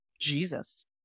Jesus